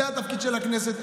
זה התפקיד של הכנסת.